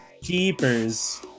Keepers